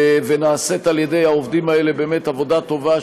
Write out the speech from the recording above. ונעשית על ידי העובדים האלה באמת עבודה טובה,